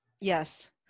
Yes